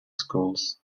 schools